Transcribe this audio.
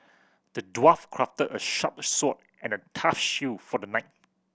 the dwarf crafted a sharp sword and a tough shield for the knight